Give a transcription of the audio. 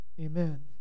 Amen